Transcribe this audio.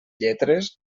lletres